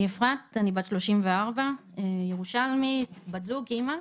אני אפרת, אני בת 34, ירושלמית, בת זוג, אימא,